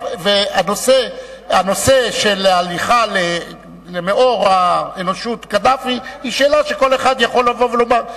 הנושא של ההליכה למאור האנושות קדאפי היא שאלה שכל אחד יכול לבוא ולומר,